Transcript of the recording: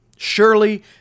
Surely